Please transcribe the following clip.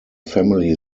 family